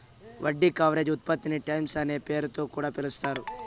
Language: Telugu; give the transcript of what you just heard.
వడ్డీ కవరేజ్ ఉత్పత్తిని టైమ్స్ అనే పేరుతొ కూడా పిలుస్తారు